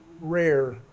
rare